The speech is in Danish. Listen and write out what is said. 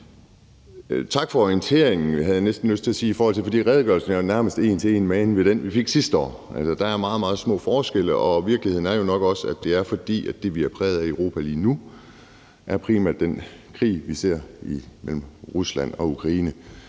tak for orienteringen, havde jeg næsten lyst til at sige, for redegørelsen er jo nærmest én til én magen til den, vi fik sidste år. Der er meget, meget små forskelle, og virkeligheden er jo nok også, at det er, fordi det, vi er præget af i Europa lige nu, primært er den krig, vi ser mellem Rusland og Ukraine.